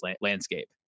landscape